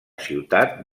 ciutat